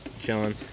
Chilling